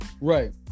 Right